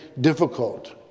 difficult